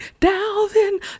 Dalvin